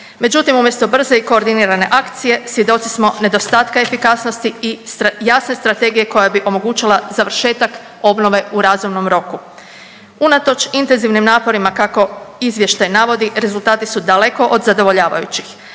Međutim umjesto brze i koordinirane akcije, svjedoci smo nedostatka efikasnosti i jasne strategije koja bi omogućila završetak obnove u razumnom roku. Unatoč intenzivnim naporima kako izvještaj navodi, rezultati su daleko od zadovoljavajućih.